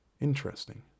Interesting